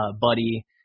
Buddy